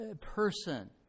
person